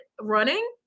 running